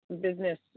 business